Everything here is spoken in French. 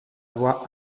voix